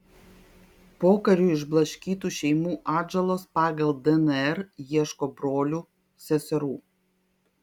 pokariu išblaškytų šeimų atžalos pagal dnr ieško brolių seserų